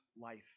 life